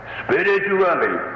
spiritually